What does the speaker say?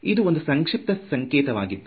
ಇದು ಒಂದು ಸಂಕ್ಷಿಪ ಸಂಕೇತವಾಗಿದ್ದು